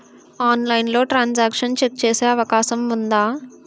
ఆన్లైన్లో transaction check చేసే అవకాశం ఉందా?